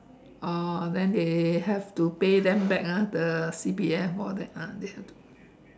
oh then they have to pay them back ah the C_P_F and all that ah they should